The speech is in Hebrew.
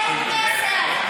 זהו מסר.